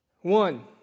One